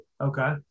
Okay